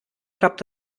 klappt